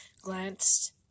glanced